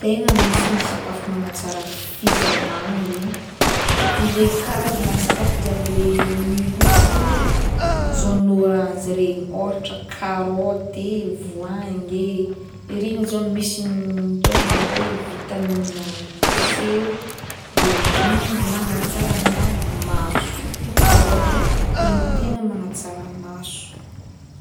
Tegna misy ny sakafo magnatsara fizahagna zaigny de le karazana sakafo jiaby le miloko jaune oranzy regny ôhatra karaoty e,voangy e, regny zao misy mitondra ny atao hoe vitamine C o de igny magnatsara amina maso surtout karaoty igny tegna magnatsara maso